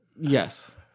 Yes